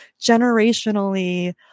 generationally